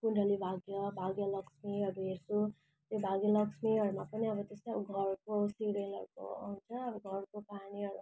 कुन्डली भाग्य भाग्यलक्ष्मीहरू हेर्छु त्यो भाग्यलक्ष्मीहरूमा पनि अब त्यस्तै अब घरको सिरियलहरूको आउँछ अब घरको कहानीहरू घरको कहानीहरू